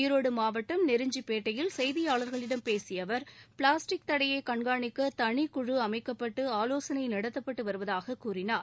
ஈரோடு மாவட்டம் நெருஞ்சிப்பேட்டையில் செய்தியாளர்களிடம் பேசிய அவர் பிளாஸ்டிக் தடையை கண்காணிக்க தனி குழு அமைக்கப்பட்டு ஆலோசனை நடத்தப்பட்டு வருவதாகக் கூறினார்